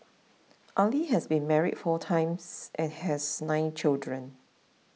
Ali has been married four times and has nine children